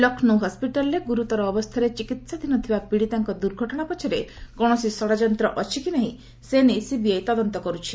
ଲକ୍ଷ୍ନୌ ହସ୍କିଟାଲରେ ଗୁରୁତର ଅବସ୍ଥାରେ ଚିକିହାଧୀନ ଥବା ପୀଡ଼ିତାଙ୍କ ଦୁର୍ଘଟଣା ପଛରେ କୌଣସି ଷଡ଼ଯନ୍ତ୍ର ଅଛି କି ନାହିଁ ସେ ନେଇ ସିବିଆଇ ତଦନ୍ତ କରୁଛି